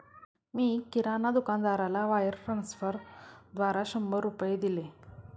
मी किराणा दुकानदाराला वायर ट्रान्स्फरद्वारा शंभर रुपये दिले